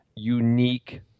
unique